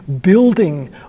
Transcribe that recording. building